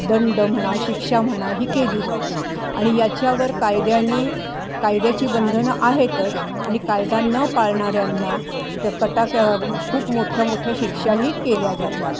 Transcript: दंड म्हणा शिक्षा म्हणा ही केली जाते आणि याच्यावर कायद्याने कायद्याची बंधनं आहेतच आणि कायदा न पाळणाऱ्यांना त कटाक खूप मोठ्या मोठ्या शिक्षाही केल्या जातात